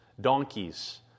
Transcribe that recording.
donkeys